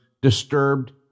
disturbed